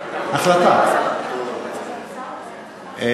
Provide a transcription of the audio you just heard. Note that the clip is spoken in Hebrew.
וכולנו יודעים שזה המקום היחיד של אותה קהילה.